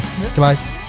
Goodbye